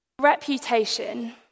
Reputation